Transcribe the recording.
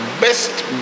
Best